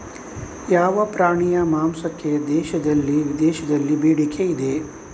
ಯಾವ ಪ್ರಾಣಿಯ ಮಾಂಸಕ್ಕೆ ದೇಶದಲ್ಲಿ ವಿದೇಶದಲ್ಲಿ ಬೇಡಿಕೆ ಇದೆ?